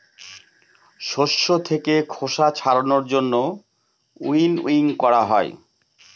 শস্য থাকে খোসা ছাড়ানোর জন্য উইনউইং করা হয়